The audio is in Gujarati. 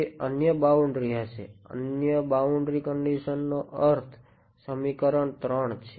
તે અન્ય બાઉન્ડ્રી હશે અન્ય બાઉન્ડ્રી કંડીશન નો અર્થ સમીકરણ ૩ છે